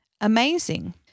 amazing